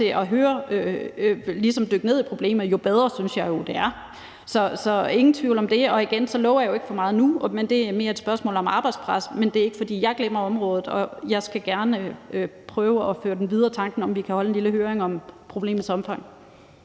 til ligesom at dykke ned i problemet, jo bedre synes jeg jo det er, så ingen tvivl om det. Igen lover jeg ikke for meget nu, men det er mere et spørgsmål om arbejdspres. Men det er ikke, fordi jeg glemmer området, og jeg skal gerne prøve at føre tanken om, at vi kan holde en lille høring om problemets omfang,